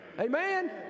Amen